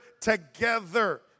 together